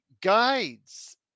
guides